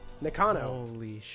Nakano